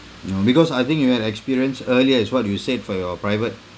no because I think you had experienced earlier as what you said for your private